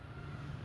!aiyo!